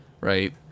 right